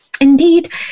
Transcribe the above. Indeed